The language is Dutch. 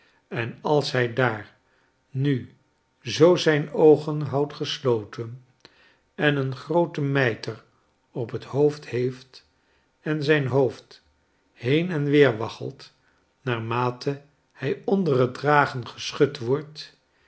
en als hij daar nu zoo zijne oogen houdt gesloten en een grooten mijter op het hoofd heeft en zijn hoofd heen en weer waggelt naarmate hij onder het dragen geschud wordt